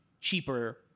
cheaper